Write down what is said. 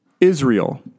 Israel